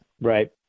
Right